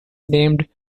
named